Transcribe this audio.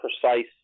precise